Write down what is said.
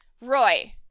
Roy